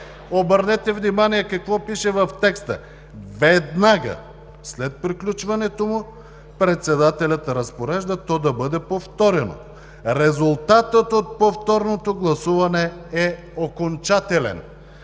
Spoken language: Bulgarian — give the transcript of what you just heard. обърнете внимание какво пише в текста – веднага след приключването му председателят разпорежда, то да бъде повторено. Резултатът от повторното гласуване е окончателен“.